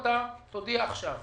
אתה תודיע עכשיו